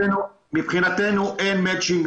מבחינתנו אין מצ'ינג.